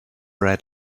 red